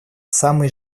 самый